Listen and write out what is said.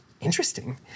interesting